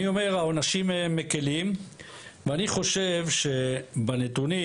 אני אומר העונשים מקלים ואני חושב שבנתונים,